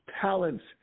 talents